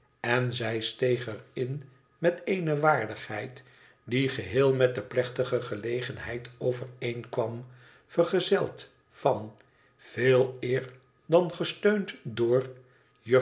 en zij steeg er in met eene vaardigheid die geheel met de plechtige gelegenheid overeenkwam vergezeld van veeleer dan gesteund door